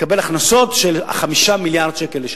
תקבל הכנסות של 5 מיליארד שקלים לשנה.